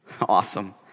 Awesome